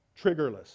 triggerless